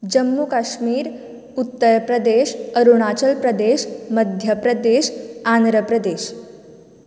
Jammu Kashmir Uttar Pradesh Arunachal Pradesh Madhya Pradesh Andhra Pradesh